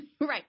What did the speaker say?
right